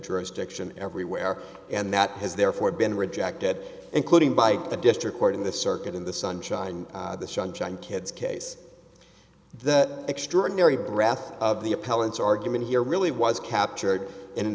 drones diction everywhere and that has therefore been rejected including by the district court in the circuit in the sunshine the sunshine kids case the extraordinary breath of the appellant's argument here really was captured in an